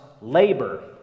labor